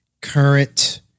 current